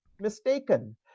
mistaken